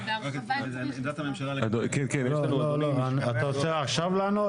אתה רוצה עכשיו לענות?